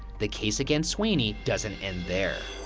the case against sweeney doesn't end there.